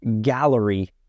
gallery